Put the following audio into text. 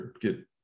get